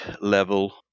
level